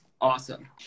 awesome